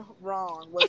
wrong